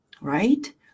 right